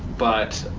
but,